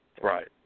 Right